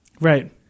Right